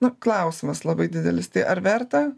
nu klausimas labai didelis tai ar verta